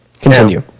Continue